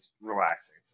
relaxing